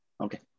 Okay